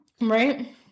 Right